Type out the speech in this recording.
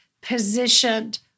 positioned